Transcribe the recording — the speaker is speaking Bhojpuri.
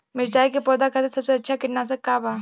मिरचाई के पौधा खातिर सबसे अच्छा कीटनाशक का बा?